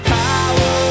power